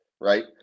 right